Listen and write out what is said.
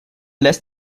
lässt